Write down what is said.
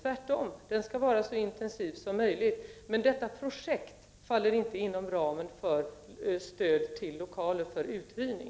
Tvärtom skall den vara så intensiv som möjligt. Men detta projekt faller inte inom ramen för stöd till lokaler för uthyrning.